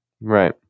Right